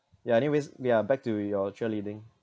ya anyways yeah back to your cheerleading